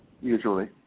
Usually